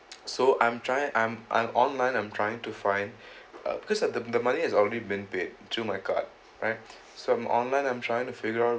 so I'm trying I'm I'm online I'm trying to find uh because of the the money has already been paid through my card right so on online I'm trying to figure out